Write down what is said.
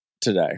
today